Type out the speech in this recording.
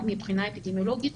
מבחינה אפידמיולוגית,